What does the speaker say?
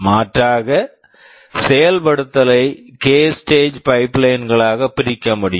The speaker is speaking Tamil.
மாற்றாக செயல்படுத்தலை K k stage stage pipeline pipeline களாக பிரிக்க முடியும்